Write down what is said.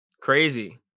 Crazy